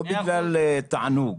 לא בגלל תענוג.